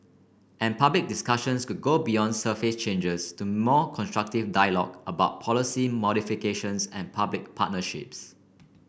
and public discussions could go beyond surface changes to more constructive dialogue about policy modifications and public partnerships